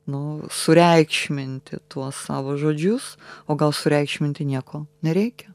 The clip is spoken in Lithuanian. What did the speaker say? nu sureikšminti tuos savo žodžius o gal sureikšminti nieko nereikia